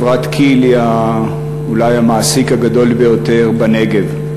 חברת כי"ל היא אולי המעסיק הגדול ביותר בנגב,